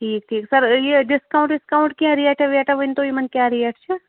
ٹھیٖک ٹھیٖک سَر یہِ ڈِسکاوُنٛٹ وِِسکاوُنٛٹ کیٚنٛہہ ریٹا ویٹا ؤنۍتو یِمن کیاہ ریٹ چھِ